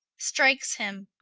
strikes him.